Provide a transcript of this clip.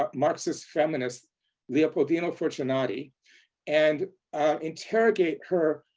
ah marxist, feminist leopoldina fortunati and interrogate her